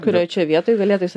kurioj čia vietoj galėtų jisai